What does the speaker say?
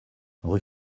rue